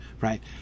right